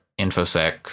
infosec